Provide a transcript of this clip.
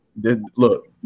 Look